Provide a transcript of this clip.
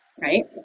right